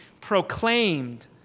proclaimed